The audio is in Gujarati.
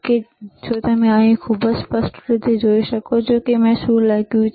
તેથી જો તમે અહીં ખૂબ જ સ્પષ્ટ રીતે જોઈ શકો છો તો અહીં શું લખ્યું છે